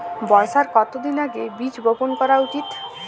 বর্ষার কতদিন আগে বীজ বপন করা উচিৎ?